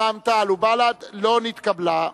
רע"ם-תע"ל ובל"ד לא נתקבלה.